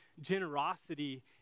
generosity